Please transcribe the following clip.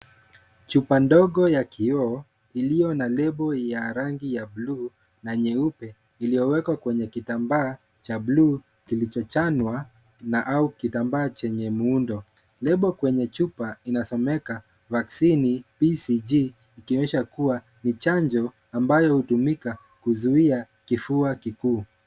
Chupa ndogo ya kioo iliyo na lebo ya rangi ya bluu na nyeupe iliyowekwa kwenye kitambaa cha bluu kilichochanwa na au kitambaa chenye muundo. Lebo kwenye chupa inasomeka "Vaccin BCG", ikionyesha kuwa ni chanjo ambayo hutumika kuzuia kifua kikuu.